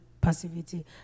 passivity